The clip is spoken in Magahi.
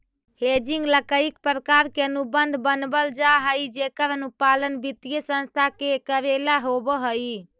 हेजिंग ला कईक प्रकार के अनुबंध बनवल जा हई जेकर अनुपालन वित्तीय संस्था के कऽरेला होवऽ हई